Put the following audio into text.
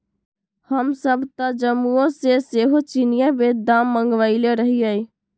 हमसभ तऽ जम्मूओ से सेहो चिनियाँ बेदाम मँगवएले रहीयइ